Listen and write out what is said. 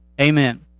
Amen